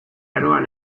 eroan